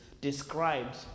described